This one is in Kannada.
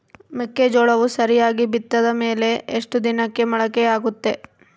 ಮೆಕ್ಕೆಜೋಳವು ಸರಿಯಾಗಿ ಬಿತ್ತಿದ ಮೇಲೆ ಎಷ್ಟು ದಿನಕ್ಕೆ ಮೊಳಕೆಯಾಗುತ್ತೆ?